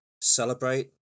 celebrate